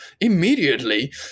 immediately